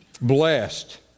blessed